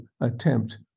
attempt